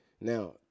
Now